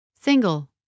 Single